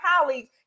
colleagues